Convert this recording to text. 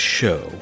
show